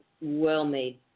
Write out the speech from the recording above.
well-made